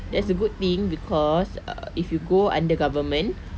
that's the good thing because uh if you go under government